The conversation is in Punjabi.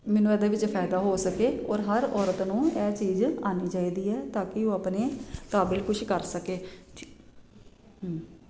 ਮੈਨੂੰ ਇਹਦੇ ਵਿੱਚ ਫ਼ਾਇਦਾ ਹੋ ਸਕੇ ਔਰ ਹਰ ਔਰਤ ਨੂੰ ਹੈ ਚੀਜ਼ ਆਉਣੀ ਚਾਹੀਦੀ ਹੈ ਤਾਂ ਕਿ ਉਹ ਆਪਣੇ ਕਾਬਿਲ ਕੁਛ ਕਰ ਸਕੇ ਹੂੰ